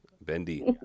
Bendy